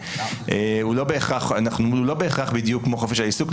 הוא לא בהכרח בדיוק כמו חופש העיסוק,